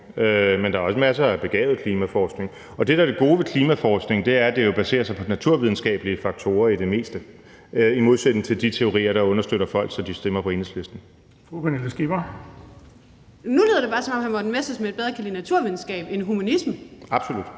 men der er også masser af begavet klimaforskning. Og det, der er det gode ved klimaforskning, er, at det jo baserer sig på naturvidenskabelige faktorer i det meste i modsætning til de teorier, der understøtter folk, så de stemmer på Enhedslisten. Kl. 13:20 Den fg. formand (Erling Bonnesen): Fru Pernille Skipper.